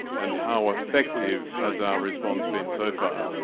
and how effective has our response been so far?